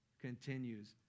continues